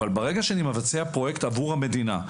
אבל ברגע שאני מבצע פרויקט עבור המדינה,